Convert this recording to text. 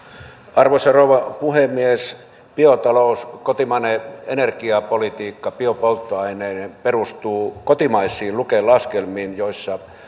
arvoisa rouva puhemies biotalous kotimainen energiapolitiikka biopolttoaineineen perustuu kotimaisiin luken laskelmiin joissa